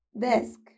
Desk